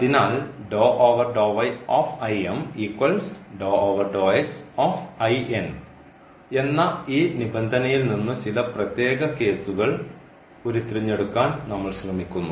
അതിനാൽ എന്ന ഈ നിബന്ധനയിൽ നിന്നു ചില പ്രത്യേക കേസുകൾ ഉരുത്തിരിഞ്ഞു എടുക്കാൻ നമ്മൾ ശ്രമിക്കുന്നു